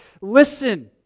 Listen